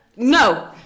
No